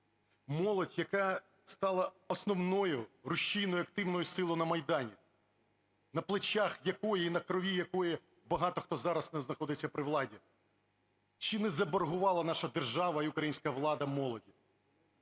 Молодь, яка стала основною рушійною активною силою на Майдані, на плечах якої і на крові якої багато хто зараз не знаходиться при владі. Чи не заборгувала наша держава і українська влада молоді?